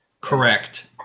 correct